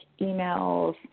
emails